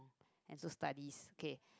and so studies okay